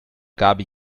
gaby